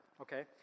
okay